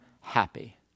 happy